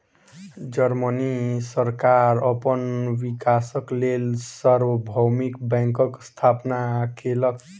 Germany सरकार अपन विकासक लेल सार्वभौमिक बैंकक स्थापना केलक